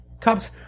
Cops